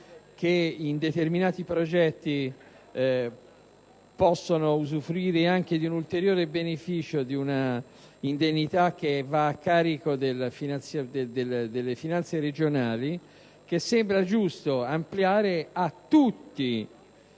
in determinati progetti possono usufruire anche di un ulteriore beneficio consistente in un'indennità a carico delle finanze regionali. Sarebbe giusto ampliare a tutti